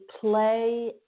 play